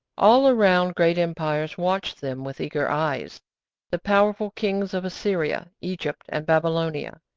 all around great empires watched them with eager eyes the powerful kings of assyria, egypt, and babylonia,